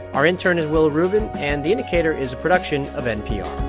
our intern is willa rubin, and the indicator is a production of npr